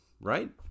right